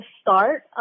start